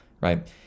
right